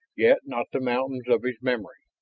yet not the mountains of his memory.